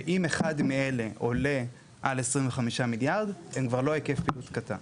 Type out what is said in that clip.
ואם אחד מאלה עולה על 25 מיליארד הם כבר לא היקף פעילות קטן.